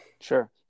Sure